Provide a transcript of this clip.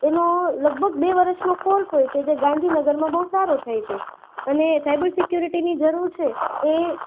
એનો લગભગ બે વર્ષનો કોર્સ હોય છે જે ગાંધીનગરમાં બહુ સારો થાય છે અને સાઈબર સિક્યોરિટીની જરૂર છે એ